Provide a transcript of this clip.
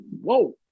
Whoa